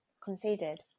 conceded